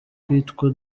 kwitwa